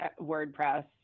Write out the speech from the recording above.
WordPress